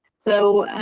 so,